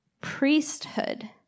priesthood